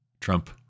Trump